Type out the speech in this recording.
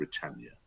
Britannia